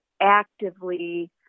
actively